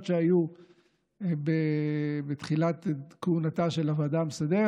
שהיו בתחילת כהונתה של הוועדה המסדרת,